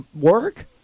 work